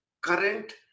current